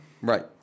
right